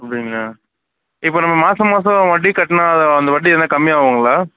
அப்படிங்ளா இப்போ நம்ம மாதம் மாதம் வட்டி கட்டினா அது அந்த வாட்டி என்ன கம்மி ஆகுங்களா